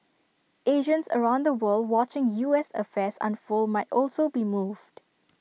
Asians around the world watching U S affairs unfold might also be moved